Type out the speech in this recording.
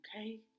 okay